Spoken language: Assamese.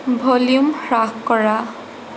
ভ'ল্যুম হ্ৰাস কৰা